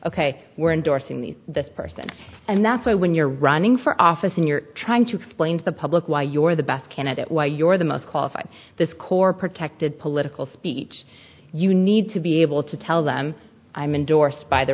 ok we're endorsing these the person and that's why when you're running for office and you're trying to explain to the public why you're the best candidate why your the most qualified this core protected political speech you need to be able to tell them i'm endorsed by the